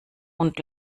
und